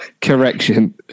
Correction